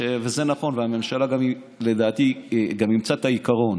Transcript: וזה נכון, והממשלה לדעתי גם אימצה את העיקרון,